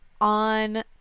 on